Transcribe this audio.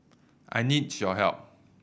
I need your help